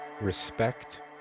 Respect